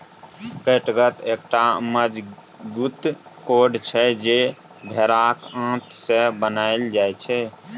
कैटगत एकटा मजगूत कोर्ड छै जे भेराक आंत सँ बनाएल जाइ छै